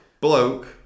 bloke